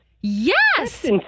Yes